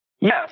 Yes